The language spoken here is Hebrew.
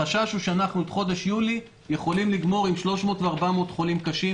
החשש הוא שאת חודש יולי אנחנו יכולים לגמור עם 300 או 400 חולים קשים,